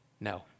no